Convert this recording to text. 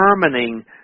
determining